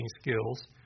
skills